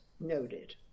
noted